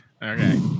Okay